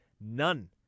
none